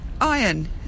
iron